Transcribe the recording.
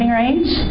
range